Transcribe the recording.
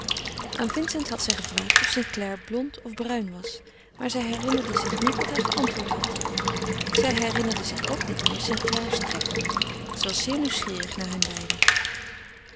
aan vincent had zij gevraagd of st clare blond of bruin was maar zij herinnerde zich niet wat hij geantwoord had zij herinnerde zich ook niet meer st clare's trekken zij was zeer nieuwsgierig naar hen beiden